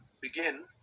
begin